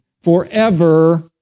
forever